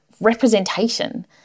representation